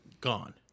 Gone